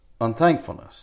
unthankfulness